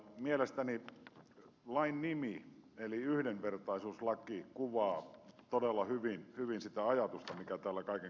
mielestäni lain nimi eli yhdenvertaisuuslaki kuvaa todella hyvin sitä ajatusta mikä täällä kaiken kaikkiaan on takana